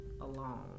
alone